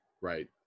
right